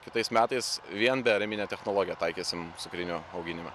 kitais metais vien beariminę technologiją taikysim cukrinių auginime